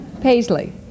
Paisley